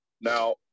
Now